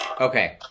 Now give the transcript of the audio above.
Okay